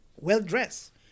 well-dressed